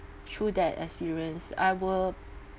through that experience I will